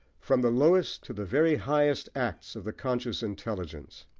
from the lowest to the very highest acts of the conscious intelligence,